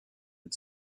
had